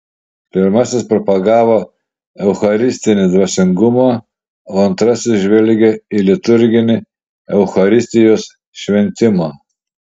pirmasis propagavo eucharistinį dvasingumą o antrasis žvelgė į liturginį eucharistijos šventimą